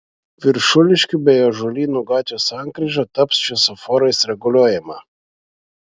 viršuliškių bei ąžuolyno gatvės sankryža taps šviesoforais reguliuojama